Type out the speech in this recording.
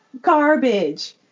garbage